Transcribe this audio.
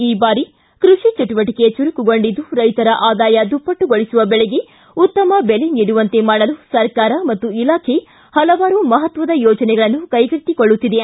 ಈ ಬಾರಿ ಕೃಷಿ ಚಟುವಟಿಕೆ ಚುರುಕುಗೊಂಡಿದ್ದು ರೈತರ ಆದಾಯ ದುಪ್ಪಟ್ಟುಗೊಳಿಸುವ ದೆಳೆಗೆ ಉತ್ತಮ ಬೆಲೆ ನೀಡುವಂತೆ ಮಾಡಲು ಸರ್ಕಾರ ಮತ್ತು ಇಲಾಖೆ ಹಲವಾರು ಮಹತ್ವದ ಯೋಜನೆಗಳನ್ನು ಕೈಗೊಳ್ಳುತ್ತಿದೆ